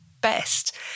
best